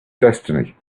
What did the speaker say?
destiny